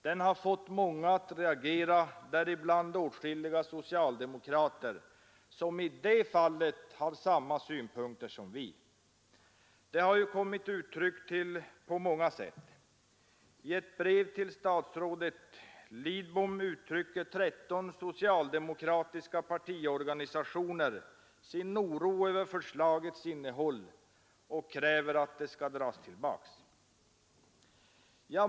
Den har fått många att reagera, däribland åtskilliga socialdemokrater, som i det fallet har samma synpunkter som vi. Det har kommit till uttryck på många sätt. I ett brev till statsrådet Lidbom uttrycker 13 socialdemokratiska partiorganisationer sin oro över förslagets innehåll och kräver att det skall dras tillbaka.